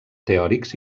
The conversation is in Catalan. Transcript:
teòrics